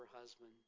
husband